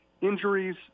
injuries